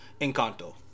Encanto